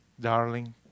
darling